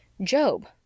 Job